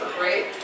right